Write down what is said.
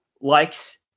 likes